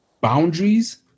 boundaries